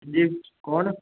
जी कुन्न